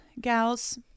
gals